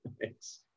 thanks